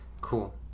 cool